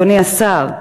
אדוני השר.